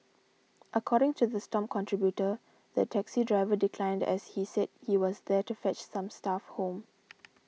according to the Stomp contributor the taxi driver declined as he said he was there to fetch some staff home